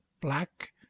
black